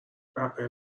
اپل